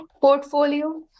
portfolio